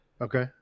Okay